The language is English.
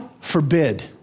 forbid